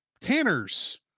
tanner's